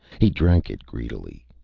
he drank it greedily.